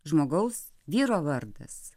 žmogaus vyro vardas